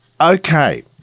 Okay